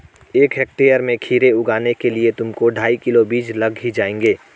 एक हेक्टेयर में खीरे उगाने के लिए तुमको ढाई किलो बीज लग ही जाएंगे